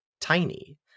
tiny